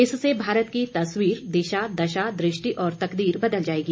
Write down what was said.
इससे भारत की तस्वीर दिशा दशा दृष्टि और तकदीर बदल जाएगी